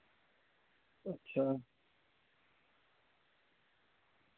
अच्छा